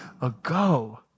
ago